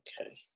Okay